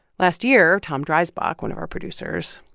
last year, tom dreisbach, one of our producers,